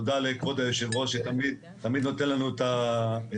תודה לכבוד יושב הראש, שתמיד נותן לנו את הכבוד.